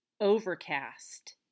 Overcast